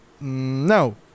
No